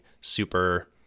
super